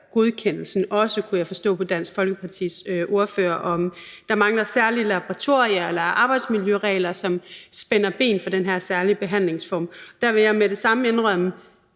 godkendelsen, og også, kunne jeg forstå på Dansk Folkepartis ordfører, om der mangler særlige laboratorier eller arbejdsmiljøregler, som spænder ben for den her særlige behandlingsform. Der vil jeg med det samme indrømme,